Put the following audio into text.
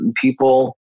people